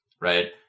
right